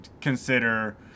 consider